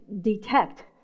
detect